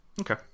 Okay